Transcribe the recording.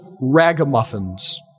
ragamuffins